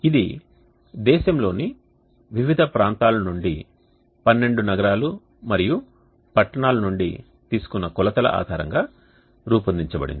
ఇది దేశంలోని వివిధ ప్రాంతాల నుండి 12 నగరాలు మరియు పట్టణాల నుండి తీసుకున్న కొలతల ఆధారంగా రూపొందించబడింది